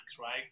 right